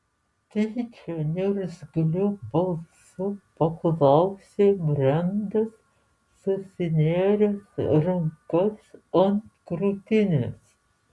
tyčia niurgzliu balsu paklausė brendas susinėręs rankas ant krūtinės